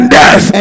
death